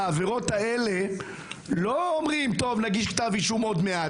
בעבירות האלה לא אומרים שנגיש כתב אישום עוד מעט,